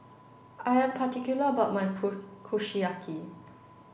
I am particular about my Kushiyaki